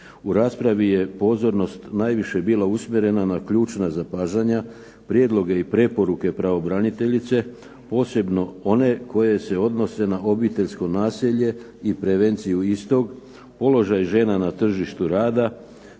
U raspravi je pozornost najviše bila usmjerena na ključna zapažanja, prijedloge i preporuke pravobraniteljice, posebno one koje se odnose na obiteljsko nasilje i prevenciju istog, položaj žena na tržištu rada,